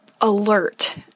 alert